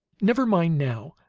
never mind now.